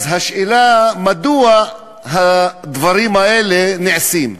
אז השאלה, מדוע הדברים האלה נעשים.